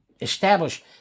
establish